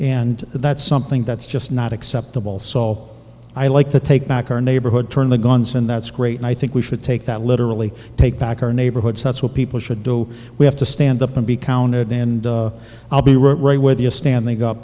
and that's something that's just not acceptable so i like to take back our neighborhood turn the guns and that's great and i think we should take that literally take back our neighborhoods that's what people should do we have to stand up and be counted and i'll be right right where the a standing up